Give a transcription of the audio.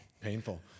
painful